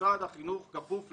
משרד החינוך כפוף לחוק,